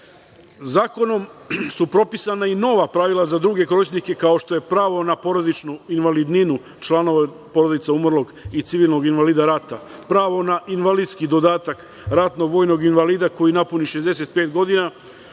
su propisana i nova pravila za druge korisnike, kao što je pravo na porodičnu invalidninu, članove porodica umrlog i civilnog invalida rata, pravo na invalidski dodatak ratnog vojnog invalida, koji napuni 65 godina,